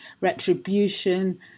retribution